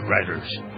writers